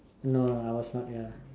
no no I was not ya